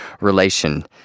relation